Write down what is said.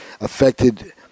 affected